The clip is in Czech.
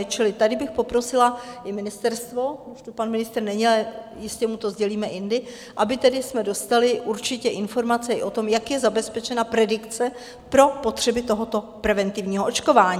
Čili tady bych poprosila i ministerstvo, když tu pan ministr není, ale jistě mu to sdělíme jindy, abychom dostali určitě informace i o tom, jak je zabezpečena predikce pro potřeby tohoto preventivního očkování.